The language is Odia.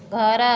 ଘର